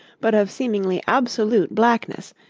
but of seemingly absolute blackness,